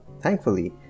Thankfully